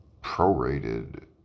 prorated